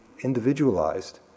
individualized